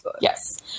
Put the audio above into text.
yes